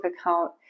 account